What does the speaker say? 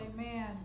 amen